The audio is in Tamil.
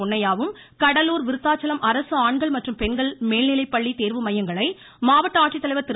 பொன்னையாவும் கடலூர் விருத்தாச்சலம் அரசு ஆண்கள் மற்றும் பெண்கள் மேல்நிலைப்பள்ளி தேர்வுமையங்களை மாவட்ட ஆட்சித்தலைவர் திரு